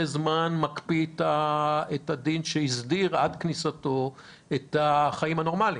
זמן מקפיא את הדין שהסדיר עד כניסתו את החיים הנורמלייטם.